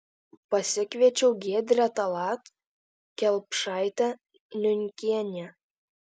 pasikviečiau giedrę tallat kelpšaitę niunkienę